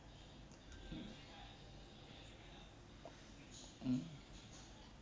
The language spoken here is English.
mm mm